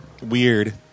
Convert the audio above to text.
Weird